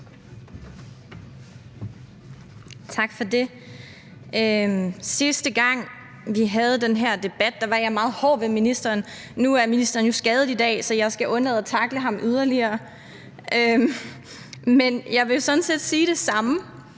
Tak for det. Sidste gang vi havde den her debat, var jeg meget hård ved ministeren – nu er ministeren jo skadet i dag, så jeg skal undlade at tackle ham yderligere. Men jeg vil sådan set sige det samme,